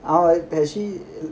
ah actually